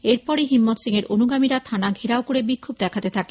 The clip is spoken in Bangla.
এরপরই হিম্মত সিং এর অনুগামীরা থানা ঘেরাও করে বিক্ষোভ দেখাতে থাকে